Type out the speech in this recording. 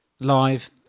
Live